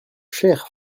cher